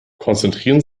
konzentrieren